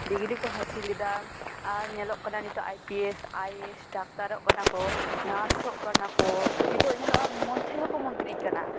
degree ᱠᱚ ᱦᱟᱹᱥᱤᱞ ᱮᱫᱟ ᱟᱨ ᱧᱮᱞᱚᱜ ᱠᱟᱱᱟ ᱱᱤᱛᱚᱜ I P S I A S ᱰᱟᱠᱛᱟᱨᱚᱜ ᱠᱟᱱᱟ ᱠᱚ ᱱᱟᱨᱥᱚᱜ ᱠᱟᱱᱟ ᱠᱚ ᱱᱤᱛᱚᱜ ᱧᱮᱞᱚᱜᱼᱟ ᱢᱩᱱᱛᱨᱤ ᱦᱚᱸᱠᱚ ᱢᱩᱱᱛᱨᱤᱜ ᱠᱟᱱᱟ